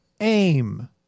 aim